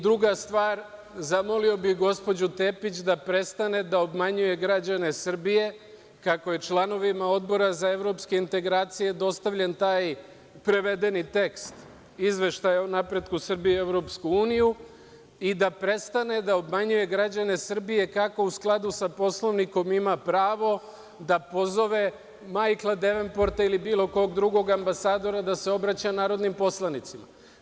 Druga stvar, zamolio bih gospođu Tepić da prestane da obmanjuje građane Srbije kako je članovima Odbora za evropske integracije dostavljen taj prevedeni tekst Izveštaja o napretku Srbije i da prestane da obmanjuje građane Srbije kako u skladu sa Poslovnikom ima pravo da pozove Majkla Devenporta ili bilo kog drugog ambasadora da se obraća narodnim poslanicima.